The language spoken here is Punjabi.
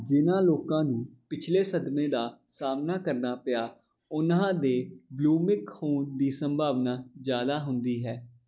ਜਿਹਨਾਂ ਲੋਕਾਂ ਨੂੰ ਪਿਛਲੇ ਸਦਮੇ ਦਾ ਸਾਹਮਣਾ ਕਰਨਾ ਪਿਆ ਉਹਨਾਂ ਦੇ ਬੁਲਿਮਿਕ ਹੋਣ ਦੀ ਸੰਭਾਵਨਾ ਜ਼ਿਆਦਾ ਹੁੰਦੀ ਹੈ